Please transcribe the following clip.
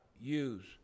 use